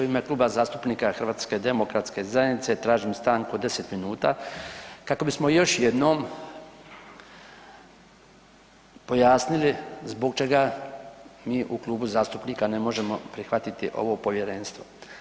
U ime Kluba zastupnika HDZ-a tražim stanku od 10 minuta kako bismo još jednom pojasnili zbog čega mi u klubu zastupnika ne možemo prihvatiti ovo povjerenstvo.